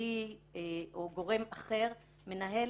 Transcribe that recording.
מינהלי או גורם אחר מנהל